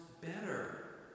better